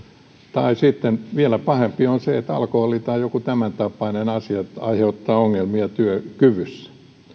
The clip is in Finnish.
tai sitten vielä pahempi on se että alkoholi tai joku tämäntapainen asia aiheuttaa ongelmia työkyvyssä